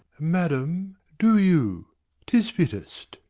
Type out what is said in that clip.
madam, do you tis fittest.